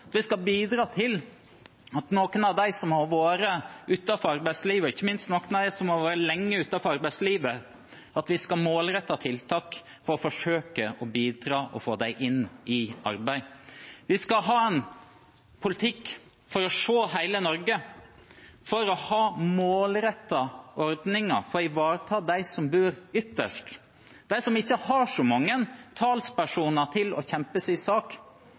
at vi skal ha målrettede tiltak for å forsøke å bidra til at noen av dem som har vært utenfor arbeidslivet, ikke minst noen av dem som har vært lenge utenfor arbeidslivet, kommer i arbeid. Vi skal ha en politikk for å se hele Norge, for å ha målrettede ordninger for å ivareta dem som bor ytterst, dem som ikke har så mange talspersoner til å kjempe sin sak,